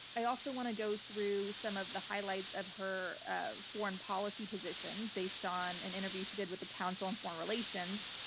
i also want to go through some of the highlights of her foreign policy positions based on an interview she did with the council on foreign relations.